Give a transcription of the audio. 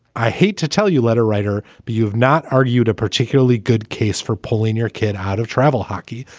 i hate to tell you letter writer, but you have not argued a particularly good case for pulling your kid out of travel hockey.